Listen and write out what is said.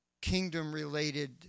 kingdom-related